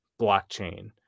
blockchain